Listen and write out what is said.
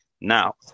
Now